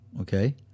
okay